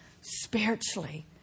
spiritually